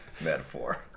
metaphor